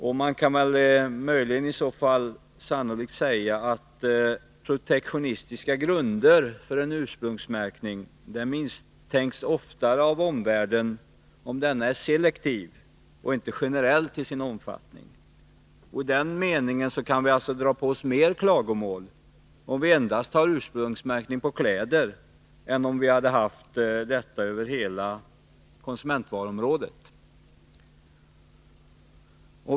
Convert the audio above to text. Sannolikt kan man väl anta att protektionistiska grunder för ursprungsmärkning oftare misstänks av omvärlden om ursprungsmärkningen är selektiv och inte generell till sin omfattning. I den meningen kan vi alltså dra på oss mer klagomål om vi endast har ursprungsmärkning på kläder än om vi hade haft detta över hela konsumentvaruområdet.